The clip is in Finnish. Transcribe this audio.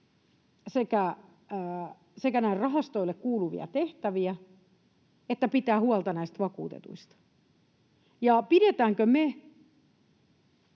rahastoille kuuluvia tehtäviä että pitää huolta vakuutetuista. Ja pidetäänkö me